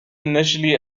initially